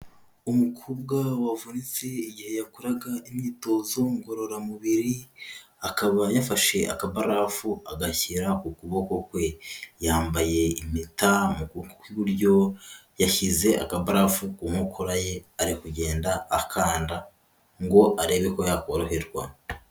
Umukobwa wavunitse igihe yakoraga imyitozo ngororamubiri akaba yafashe akabafu agashyira ukuboko kwe, yambaye impeta muku kw'iburyo, yashyize akabarafu ku inkokora ye ari kugenda akanda ngo arebe ko yakoroherwa.